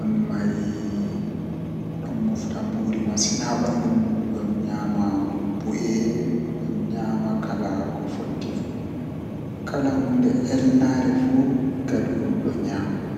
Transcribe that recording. on masin nden mi don nana beldum innde man masin nden komoi andi am be innde mai amma tomivi mi canjam innde man dum sungulla feere on manga nden mi anda inde toi ma mi indata hoore am ngam mi tokkan midon canja innde dereji am fu ayi do sungullah feere on manga